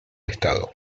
estado